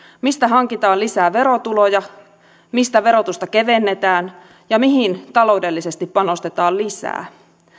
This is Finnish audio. mistä hankitaan lisää verotuloja mistä verotusta kevennetään ja mihin taloudellisesti panostetaan lisää